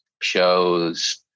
shows